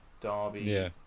Derby